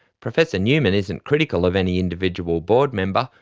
professor newman isn't critical of any individual board member,